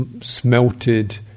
smelted